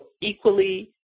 equally